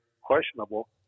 questionable